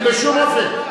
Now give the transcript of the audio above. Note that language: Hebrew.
בשום אופן.